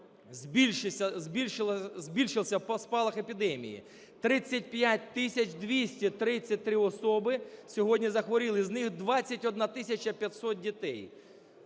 збільшився спалах епідемії, 35 тисяч 233 особи сьогодні захворіли, з них 21 тисяча 500 дітей.